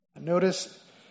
Notice